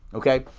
okay,